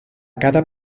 cada